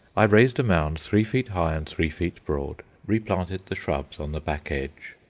i raised a mound three feet high and three feet broad, replanted the shrubs on the back edge,